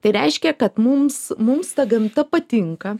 tai reiškia kad mums mums ta gamta patinka